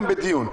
גם בדיון?